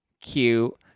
Cute